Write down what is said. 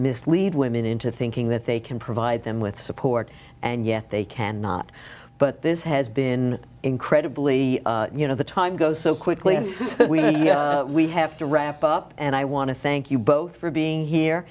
mislead women into thinking that they can provide them with support and yet they cannot but this has been incredibly you know the time goes so quickly and we have to wrap up and i want to thank you both for being here